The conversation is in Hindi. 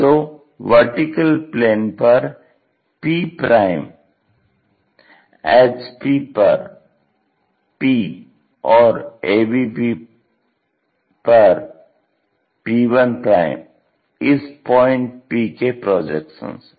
तो VP पर p HP पर p और AVP पर p 1 इस पॉइंट P के प्रोजेक्शन हैं